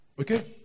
Okay